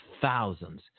thousands